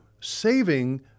saving